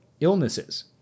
illnesses